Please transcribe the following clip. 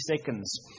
seconds